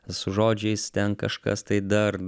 su žodžiais ten kažkas tai dar